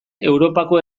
europako